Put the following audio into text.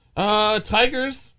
Tigers